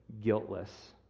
guiltless